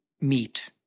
meet